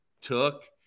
took